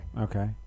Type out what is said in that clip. Okay